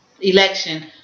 election